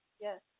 yes